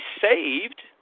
saved